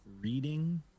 reading